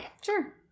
Sure